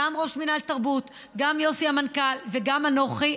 גם ראש מינהל תרבות, גם יוסי המנכ"ל וגם אנוכי.